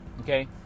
okay